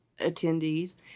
attendees